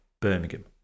Birmingham